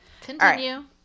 Continue